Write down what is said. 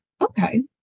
Okay